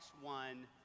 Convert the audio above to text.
One